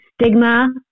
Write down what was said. stigma